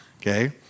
okay